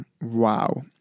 wow